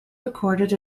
recorded